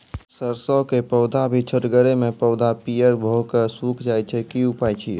सरसों के पौधा भी छोटगरे मे पौधा पीयर भो कऽ सूख जाय छै, की उपाय छियै?